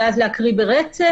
ואז להקריא ברצף,